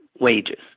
wages